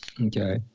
Okay